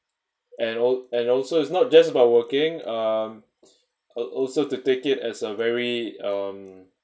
and all and also is not just about working um I'll also to take it as a very um